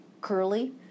Curly